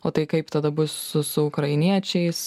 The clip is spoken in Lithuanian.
o tai kaip tada bus su su ukrainiečiais